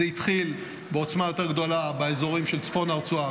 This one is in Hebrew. זה התחיל בעוצמה יותר גדולה באזורים של צפון הרצועה,